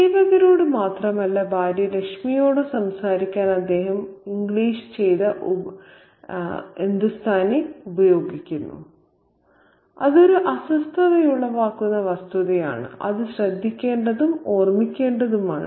സേവകരോട് മാത്രമല്ല ഭാര്യ ലച്മിയോടും സംസാരിക്കാൻ അദ്ദേഹം ആംഗ്ലീഷ് ചെയ്ത ഹിന്ദുസ്ഥാനി ഉപയോഗിക്കുന്നു അതൊരു അസ്വസ്ഥതയുളവാക്കുന്ന വസ്തുതയാണ് അത് ശ്രദ്ധിക്കേണ്ടതും ഓർമ്മിക്കേണ്ടതുമാണ്